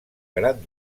gran